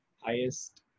highest